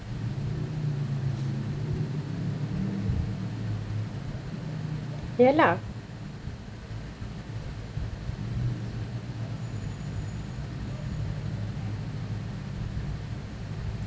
ya lah